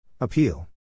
Appeal